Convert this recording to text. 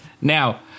Now